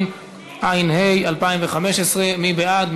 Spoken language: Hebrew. התשע"ה 2015. מי בעד?